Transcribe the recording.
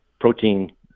protein